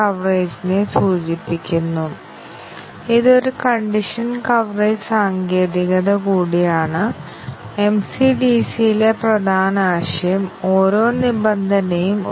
നമുക്ക് 20 അല്ലെങ്കിൽ 25 വേരിയബിളുകൾ ഉൾപ്പെടുന്ന ഒരു സോപാധികമായ പദപ്രയോഗം ഉണ്ടായിരിക്കാം ആ സാഹചര്യത്തിൽ ഞങ്ങൾക്ക് 220 ടെസ്റ്റ് കേസുകൾ ആവശ്യമാണ് അതിനാൽ ഞങ്ങൾ ആ സാഹചര്യം എങ്ങനെ കൈകാര്യം ചെയ്യും